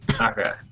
Okay